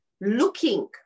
looking